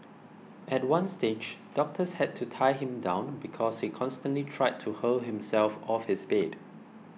at one stage doctors had to tie him down because he constantly tried to hurl himself off his bed